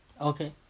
Okay